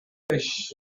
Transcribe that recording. vous